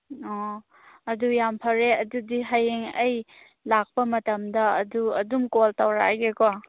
ꯑꯣ ꯑꯗꯨ ꯌꯥꯝ ꯐꯔꯦ ꯑꯗꯨꯗꯤ ꯍꯌꯦꯡ ꯑꯩ ꯂꯥꯛꯄ ꯃꯇꯝꯗ ꯑꯗꯨ ꯑꯗꯨꯝ ꯀꯣꯜ ꯇꯧꯔꯛꯑꯒꯦꯀꯣ